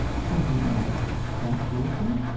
tell me all that held her?